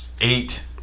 eight